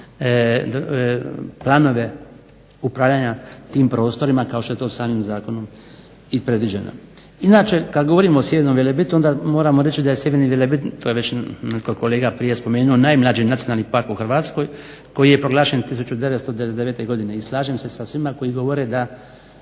planove upravljanja tim prostorima kao što je samim zakonom i predviđeno. Inače kad govorimo o Sjevernom Velebitu onda moramo reći da je Sjeverni Velebit, to je već kolega prije spomenuo, najmlađi nacionalni park u Hrvatskoj koji je proglašen 1999. godine i slažem se sa svima koji govore da